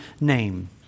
name